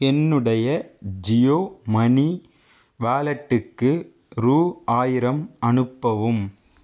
என்னுடைய ஜியோ மனி வேலெட்டுக்கு ரூ ஆயிரம் அனுப்பவும்